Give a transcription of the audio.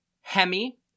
Hemi